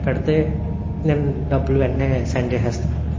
పెడితే నేను డబ్బులు వెంటనే సెండ్ చేసేస్తానన్నా